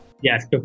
yes